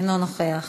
אינו נוכח,